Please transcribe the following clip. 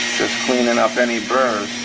cleaning up any burrs